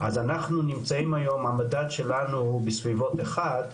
אז אנחנו נמצאים היום, המדד שלנו הוא בסביבות 1,